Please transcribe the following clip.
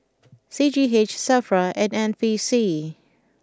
C G H Safra and N P C